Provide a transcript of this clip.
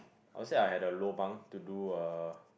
I would say I had a lobang to do a